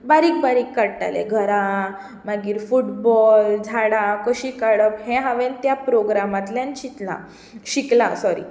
बारीक बारीक काडटालें घरां मागीर फुटबाॅल झाडां कशीं काडप हें हांवेन त्या प्रोग्रामांतल्यान चितलां शिकलां साॅरी